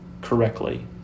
correctly